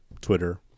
Twitter